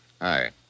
Hi